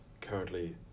currently